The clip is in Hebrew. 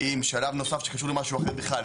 עם שלב נוסף שקשור למשהו אחר בכלל.